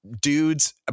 dudes